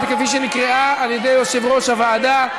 כפי שנקראה על ידי יושב-ראש הוועדה.